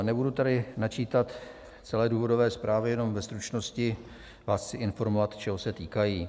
Nebudu tady načítat celé důvodové zprávy, jenom ve stručnosti vás chci informovat, čeho se týkají.